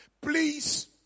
Please